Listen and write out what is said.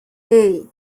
hey